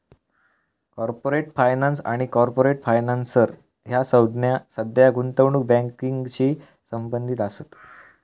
corporate finance आणि corporate financier ह्या संज्ञा सुद्धा गुंतवणूक बँकिंगशी संबंधित असत